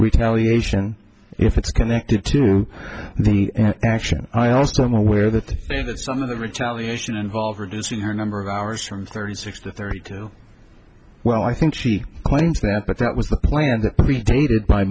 retaliation if it's connected to the action i also am aware that some of the rich allegation involve reducing her number of hours from thirty six to thirty two well i think she claims that but that was the plan that predated